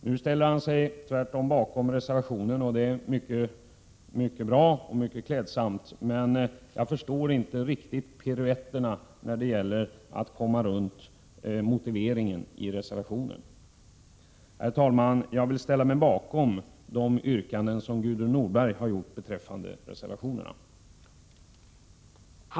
Nu ställer Göran Magnusson sig i stället bakom reservationen, vilket är mycket bra och klädsamt. Men jag förstår inte riktigt de piruetter som han gör för att komma runt motiveringen i reservationen. Herr talman! Jag vill ställa mig bakom Gudrun Norbergs yrkanden beträffande reservationerna.